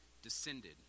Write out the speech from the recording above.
descended